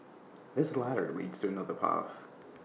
this ladder leads to another path